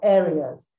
areas